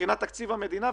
מבחינת תקציב המדינה.